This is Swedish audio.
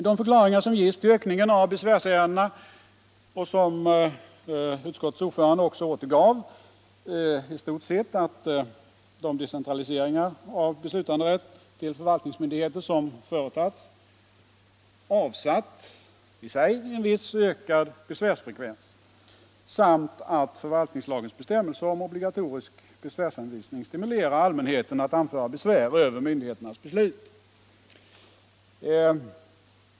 De förklaringar som ges till ökningen av besvärsärendena och som utskottets ordförande också återgav är i stort sett att de decentraliseringar av beslutanderätt till förvaltningsmyndigheter som företagits i sin tur avsatt en viss ökad besvärsfrekvens samt att förvaltningslagens bestämmelse om obligatorisk besvärshänvisning stimulerar allmänheten att anföra besvär över myndigheternas beslut.